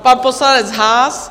Pan poslanec Haas?